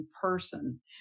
person